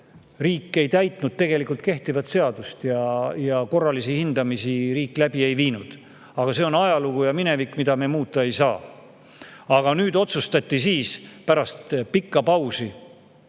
riik ei täitnud tegelikult kehtivat seadust ja korralisi hindamisi läbi ei viinud. Aga see on ajalugu ja minevik, mida me muuta ei saa. Nüüd otsustati siis pärast pikka pausi,